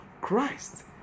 Christ